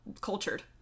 cultured